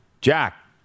Jack